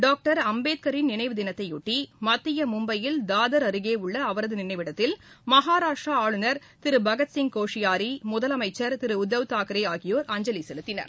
doctor அம்பேத்கரின் நினைவு தினத்தையொட்டி மத்திய மும்பையில் தாதர் அருகே உள்ள அவரது நினைவிடத்தில் மகாராஷ்டிரா ஆளுநர் திரு பகத்சிங் கோஷ்யாரி முதலமைச்சர் திரு உத்தவ் தாக்ரே ஆகியோர் அஞ்சலி செலுத்தினர்